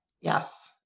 Yes